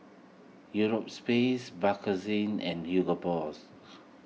Euro space Bakerzin and Hugo Boss